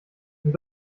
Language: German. und